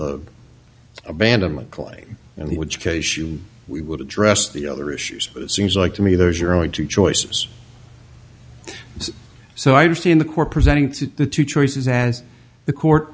the abandonment claim and which case you we would address the other issues but it seems like to me those are only two choices so i understand the core presenting to the two choices as the court